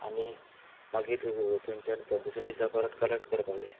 आनी मागीर थंयच्यान दुसऱ्या दिसा परत कलेक्ट करपाक जाय